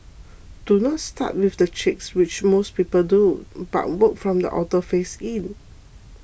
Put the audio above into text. do not start with the cheeks which most people do but work from the outer face in